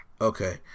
okay